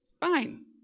Fine